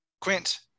Quint